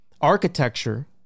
Architecture